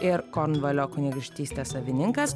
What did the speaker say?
ir kornvalio kunigaikštystės savininkas